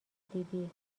دیدی